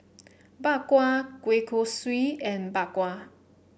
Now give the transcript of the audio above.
Bak Kwa Kueh Kosui and Bak Kwa